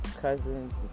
cousins